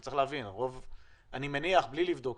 צריך להבין, אני מניח אפילו בלי לבדוק,